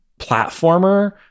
platformer